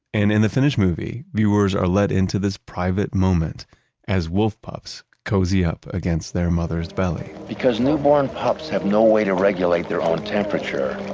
and in the finished movie, viewers are led into this private moment as wolf pups cozy up against their mother's belly because newborn pups have no way to regulate their own temperature.